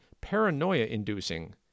paranoia-inducing